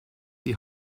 die